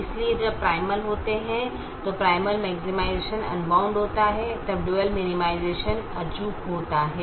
इसलिए जब प्राइमल होते हैं तो प्राइमल मैक्सिमाइजेशन अनबाउंड होता है तब ड्यूल मिनिमाइजेशन अचूक होता है